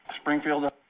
Springfield